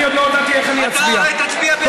אתה תצביע בעדו, הרי.